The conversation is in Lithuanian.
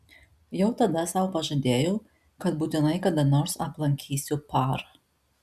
jau tada sau pažadėjau kad būtinai kada nors aplankysiu par